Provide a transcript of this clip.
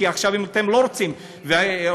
כי עכשיו אתם לא רוצים תהליך,